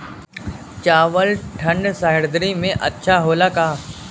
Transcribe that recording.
चावल ठंढ सह्याद्री में अच्छा होला का?